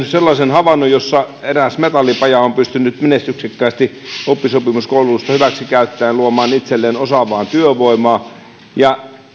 sellaisen havainnon jossa eräs metallipaja on pystynyt menestyksekkäästi oppisopimuskoulutusta hyväksi käyttäen luomaan itselleen osaavaa työvoimaa ja